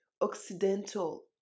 occidental